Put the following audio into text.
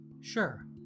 Sure